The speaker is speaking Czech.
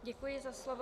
Děkuji za slovo.